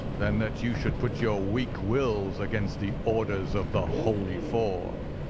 than that you should put your weak wills against the orders of the holy four!